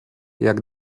jak